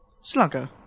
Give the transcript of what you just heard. Slugger